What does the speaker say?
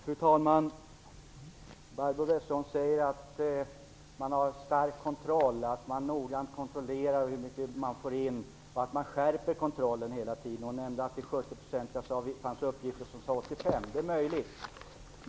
Fru talman! Barbro Westerholm säger att det är stark kontroll, att man noga kontrollerar hur mycket man får in och att man hela tiden skärper kontrollen. Hon nämnde där siffran 70 % och att det fanns uppgifter om 85 %. Det är möjligt.